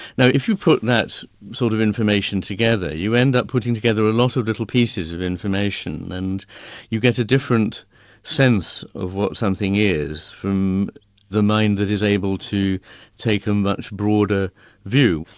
now if you put that sort of information together you end up putting together a lot of little pieces of information and you get a different sense of what something is from the mind that is able to take a much broader view.